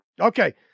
Okay